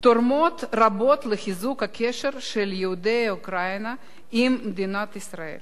תורמות רבות לחיזוק הקשר של יהודי אוקראינה עם מדינת ישראל.